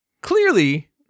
Clearly